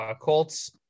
Colts